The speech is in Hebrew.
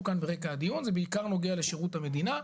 ברקע הדיון וזה בעיקר לעובדים שבשירות המדינה.